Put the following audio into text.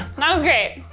not as great.